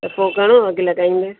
त पोइ घणो अघु लॻाईंदा